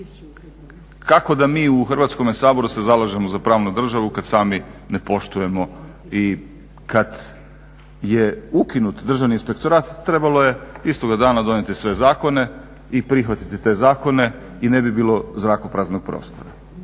kako da mi u Hrvatskome saboru se zalažemo za pravnu državu kada sami ne poštujemo i kada je ukinut Državni inspektorat trebalo je istoga dana donijeti sve zakone i prihvatiti te zakone i ne bi bilo zrakopraznog prostora.